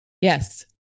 Yes